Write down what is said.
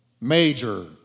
major